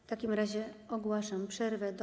W takim razie ogłaszam przerwę do